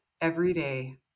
everyday